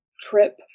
trip